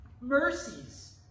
mercies